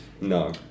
No